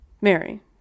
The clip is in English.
Mary